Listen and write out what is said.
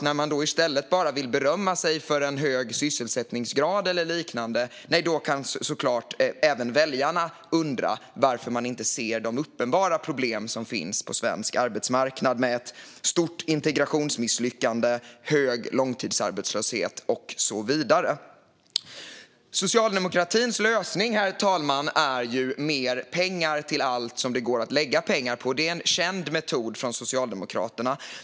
När man då bara vill berömma sig för en hög sysselsättningsgrad eller liknande kan såklart även väljarna undra varför man inte ser de uppenbara problem som finns på svensk arbetsmarknad med ett stort integrationsmisslyckande, hög långtidsarbetslöshet och så vidare. Socialdemokratins lösning, herr talman, är ju mer pengar till allt som det går att lägga pengar på. Det är en känd metod från Socialdemokraterna.